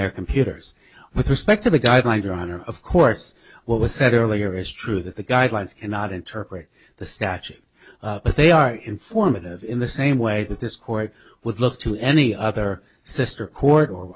their computers with respect to the guidelines or honor of course what was said earlier is true that the guidelines cannot interpret the statute but they are informative in the same way that this court would look to any other sr court or